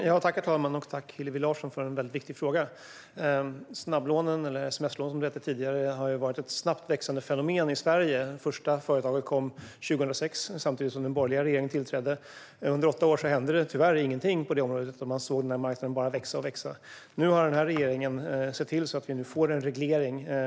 Herr talman! Tack, Hillevi Larsson, för en väldigt viktig fråga! Snabblånen - eller sms-lånen, som det hette tidigare - har varit ett snabbt växande fenomen i Sverige. Det första företaget kom 2006, samtidigt som den borgerliga regeringen tillträdde. Under åtta år hände det tyvärr ingenting på det området, utan man såg marknaden bara växa och växa. Regeringen har sett till att vi nu får en reglering.